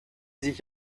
sich